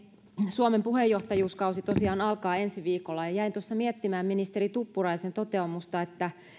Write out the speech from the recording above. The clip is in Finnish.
suomen puheenjohtajuuskausi tosiaan alkaa ensi viikolla ja jäin tuossa miettimään ministeri tuppuraisen toteamusta että